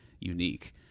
unique